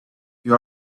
you